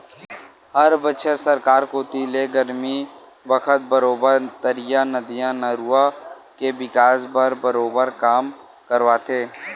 हर बछर सरकार कोती ले गरमी बखत बरोबर तरिया, नदिया, नरूवा के बिकास बर बरोबर काम करवाथे